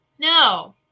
no